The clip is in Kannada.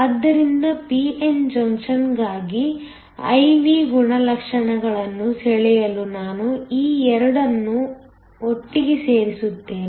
ಆದ್ದರಿಂದ p n ಜಂಕ್ಷನ್ಗಾಗಿ I V ಗುಣಲಕ್ಷಣಗಳನ್ನು ಸೆಳೆಯಲು ನಾನು ಈ 2 ಅನ್ನು ಒಟ್ಟಿಗೆ ಸೇರಿಸುತ್ತೇನೆ